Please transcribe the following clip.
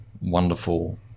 wonderful